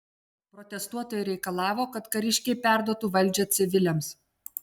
protestuotojai reikalavo kad kariškiai perduotų valdžią civiliams